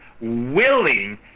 willing